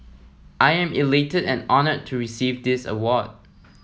I am elated and honoured to receive this award